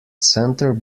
centre